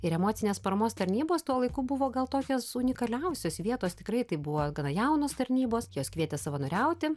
ir emocinės paramos tarnybos tuo laiku buvo gal tokios unikaliausios vietos tikrai tai buvo gana jaunos tarnybos jos kvietė savanoriauti